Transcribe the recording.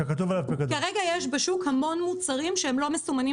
כרגע יש בשוק המון מוצרים שהם לא מסומנים